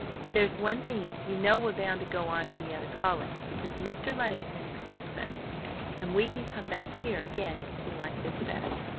but there's one thing you know we're bound to go on to the other college, because mr. luddington expects us and we can come back here again if we like this better.